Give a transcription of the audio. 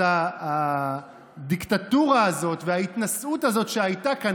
אז הדיקטטורה הזאת וההתנשאות הזאת שהייתה כאן